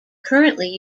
currently